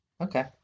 Okay